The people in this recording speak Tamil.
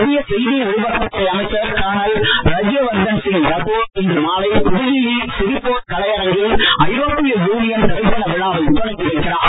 மத்திய செய்தி ஒளிபரப்புத் துறை அமைச்சர் கர்னல் ராஜ்யவர்தன் சிங் ரத்தோர் இன்று மாலை புதுடில்லி சிரிபோஃர்ட் கலையரங்கில் ஐரோப்பிய யூனியன் திரைப்பட விழாவை தொடக்கி வைக்கிறார்